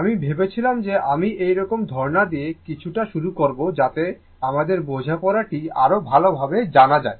আমি ভেবেছিলাম যে আমি এই রকম ধারণা দিয়ে কিছুটা শুরু করব যাতে আমাদের বোঝাপড়া টি আরও ভাল ভাবে জানা যায়